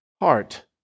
heart